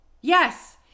Yes